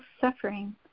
suffering